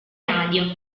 radio